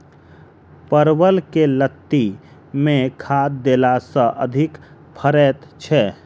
परवल केँ लाती मे केँ खाद्य देला सँ अधिक फरैत छै?